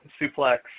suplex